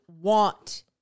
want